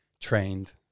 trained